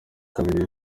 kabiri